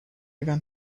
even